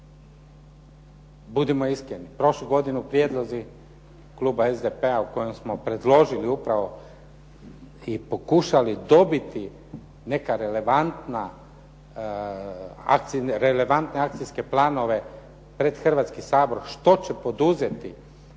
budimo iskreni. Prošlu godinu prijedlozi kluba SDP-a u kojem smo predložili upravo i pokušali dobiti neka relevantna, relevantne akcijske planove pred Hrvatski sabor što će poduzeti